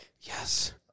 Yes